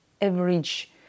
average